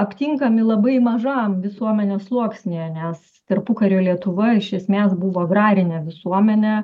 aptinkami labai mažam visuomenės sluoksnyje nes tarpukario lietuva iš esmės buvo agrarinė visuomenė